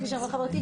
כפי שאמרה חברתי,